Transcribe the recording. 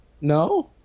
No